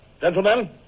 Gentlemen